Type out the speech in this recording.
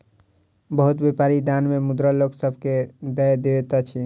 बहुत व्यापारी दान मे मुद्रा लोक सभ के दय दैत अछि